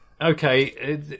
Okay